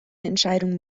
entscheidung